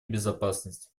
безопасность